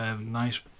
nice